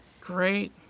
Great